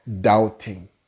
doubting